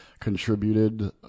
contributed